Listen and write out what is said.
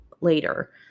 later